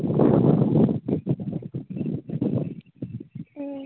அப்படிங்களா ப்ளூ ஸ்டாரில் split AC இல்லைங்களா